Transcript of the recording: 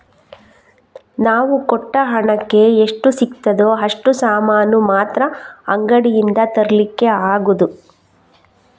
ನಾವು ಕೊಟ್ಟ ಹಣಕ್ಕೆ ಎಷ್ಟು ಸಿಗ್ತದೋ ಅಷ್ಟು ಸಾಮಾನು ಮಾತ್ರ ಅಂಗಡಿಯಿಂದ ತರ್ಲಿಕ್ಕೆ ಆಗುದು